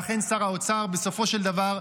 ואכן, בסופו של דבר,